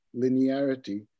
linearity